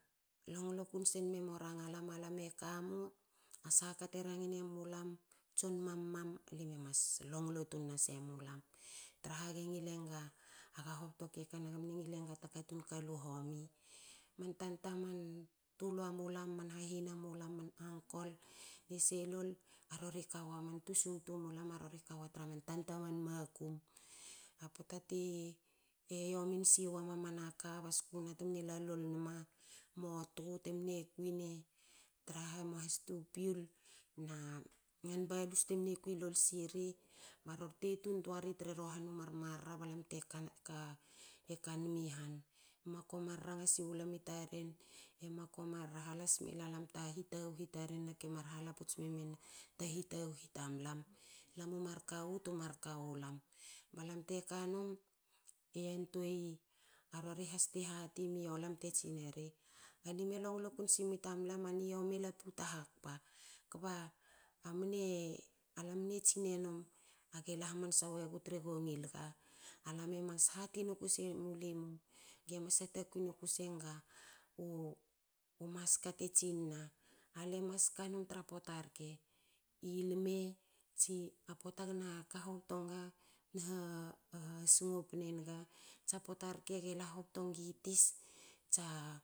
Longlo kun senum me mo ranga lam. lam a lam e kamu a sol na ka te rangane mulam tson mum a limu mas longlo tun nase mulam traha. aga e ngil enga aga hobto keka nage ngil en ga ta katun ka lu homi. Man tanta man tuluamulam man hahinamulamman ankol ne se lol a rori ka wa man tusungtumula kawa tra man tanta man makum. Pota te yomi siwa mamanaka, ba skuna tem ne la lol nma. motu tem ne kui ne tra ha moa has tu fuel na man balus temne kui lol siri barote tun toari trero han u marmarra balam tekan mi han. Moa ko mar ranga siwu lam i taren e moa ko mar hala sme ma lam ta hitaghu i taren na ke halaputs me men ta hitaghu i tamalam. lam u mar kawu tumar ka walam. Balam te kanum e yantuei a rori has ti hati miolam a limu e longlo kun si nmi tamlam a niyomi e laputa hakpa. Kba e a lam e tsinenum aga e la hamansa we gu tre go ngil ga. A lam e mas hati noku senum a limu.